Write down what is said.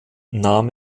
nahm